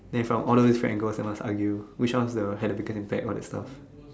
then if I am all those angles we must argue which one had the biggest impact all that stuff